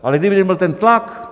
Ale kdyby nebyl ten tlak.